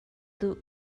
duh